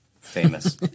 famous